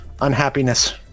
unhappiness